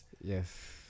Yes